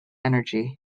energy